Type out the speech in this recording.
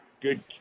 good